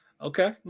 Okay